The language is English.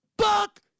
Fuck